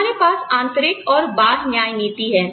हमारे पास आंतरिक और बाह्य न्याय नीति है